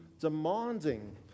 demanding